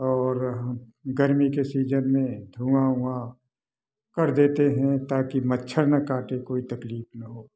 और हम गर्मी के सीजन में धुआँ वुआँ कर देते हैं ताकि मच्छर ना काटे कोई तकलीफ ना हो